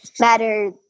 matter